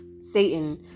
Satan